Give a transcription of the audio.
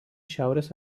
šiaurės